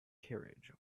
carriage